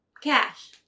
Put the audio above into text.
Cash